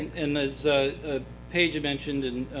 and as ah paige mentioned, and